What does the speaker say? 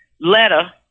letter